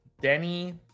Denny